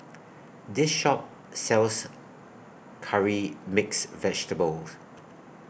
This Shop sells Curry Mixed Vegetables